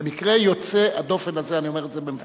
במקרה יוצא הדופן הזה, אני אומר את זה במכוון.